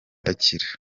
akira